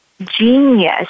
genius